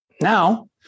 Now